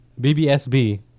BBSB